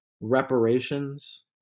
reparations